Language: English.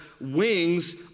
wings